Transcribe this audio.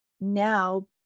now